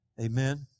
Amen